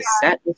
set